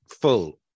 full